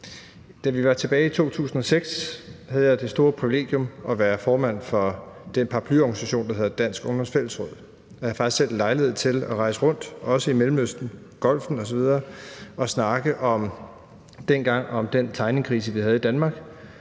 Tilbage i 2006 havde jeg det store privilegium at være formand for den paraplyorganisation, der hedder Dansk Ungdoms Fællesråd. Jeg havde faktisk selv lejlighed til at rejse rundt, også i Mellemøsten, Golfen osv., og snakke om den tegningkrise, vi havde i Danmark,